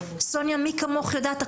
סוניה מי כמוך יודעת,